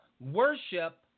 worship